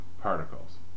Particles